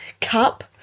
cup